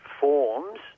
forms